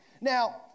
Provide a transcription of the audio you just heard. Now